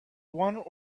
one